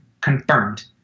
confirmed